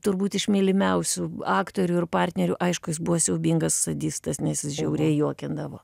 turbūt iš mylimiausių aktorių ir partnerių aišku jis buvo siaubingas sadistas nes jis žiauriai juokindavo